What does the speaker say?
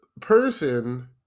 person